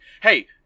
hey